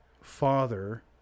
father